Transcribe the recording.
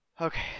Okay